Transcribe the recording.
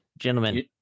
gentlemen